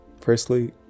Firstly